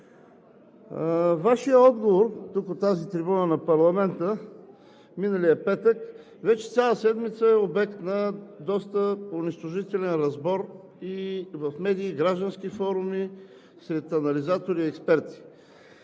Вашият отговор тук от тази трибуна на парламента миналия петък вече цяла седмица е обект на доста унищожителен разбор – и в медии, и в граждански форуми, сред анализатори и експерти.